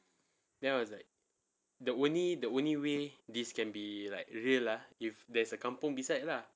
then I was like the only the only way this can be like real ah if there is a kampung beside lah